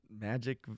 magic